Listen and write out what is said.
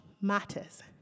matters